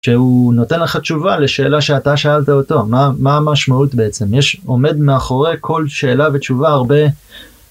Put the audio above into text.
שהוא נותן לך תשובה לשאלה שאתה שאלת אותו מה מה המשמעות בעצם יש עומד מאחורי כל שאלה ותשובה הרבה.